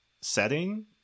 setting